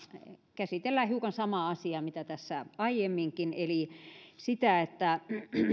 käsitellään hiukan samaa asiaa mitä tässä aiemminkin eli sitä että